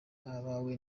abawe